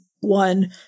one